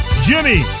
Jimmy